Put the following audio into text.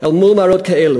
אל מול מראות כאלו.